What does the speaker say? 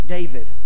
David